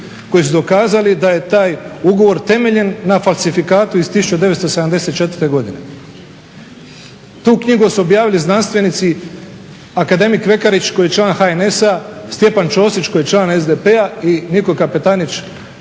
koji su dokazali da je taj ugovor temeljem na falsifikatu iz 1974. godine. Tu knjigu su objavili znanstvenici, akademik Vekarić koji je član HNS-a, Stjepan Čosić koji je član SDP-a i Niko Kapetanić